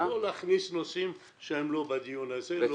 לא להכניס נושאים שהם לא בדיון הזה.